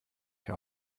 herr